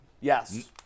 Yes